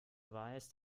weißt